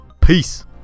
Peace